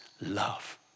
love